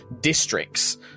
districts